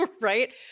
right